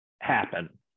happen